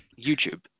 YouTube